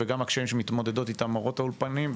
וגם הקשיים שמתמודדות איתם מורות האולפנים,